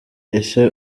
ese